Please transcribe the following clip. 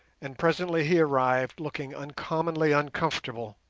and presently he arrived looking uncommonly uncomfortable.